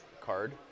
card